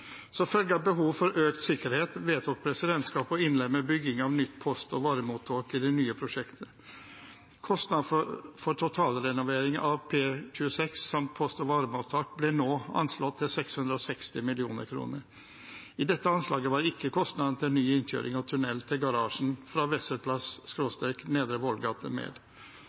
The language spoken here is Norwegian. Som følge av behov for økt sikkerhet vedtok presidentskapet å innlemme bygging av nytt post- og varemottak i det nye prosjektet. Kostnaden for totalrenovering av P26 samt post- og varemottak ble nå anslått til å være 660 mill. kr. I dette anslaget var ikke kostnaden til ny innkjøring til tunnel til garasjen fra Wessels plass/Nedre Vollgate med.